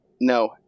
No